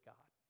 God